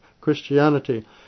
Christianity